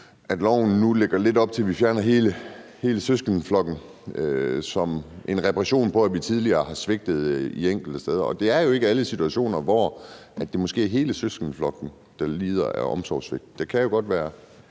at loven nu lægger lidt op til, at vi fjerner hele søskendeflokken som en reparation på, at vi tidligere har svigtet enkelte steder, og det er jo måske ikke i alle situationer, hvor det er hele søskendeflokken, der lider af omsorgssvigt. For der kan jo godt være